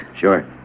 Sure